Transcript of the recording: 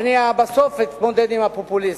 בסוף אני אתמודד עם הפופוליזם,